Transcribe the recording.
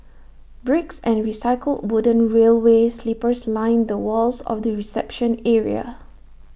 bricks and recycled wooden railway sleepers line the walls of the reception area